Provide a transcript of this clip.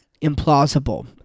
implausible